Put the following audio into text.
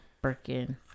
Birkin